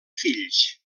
fills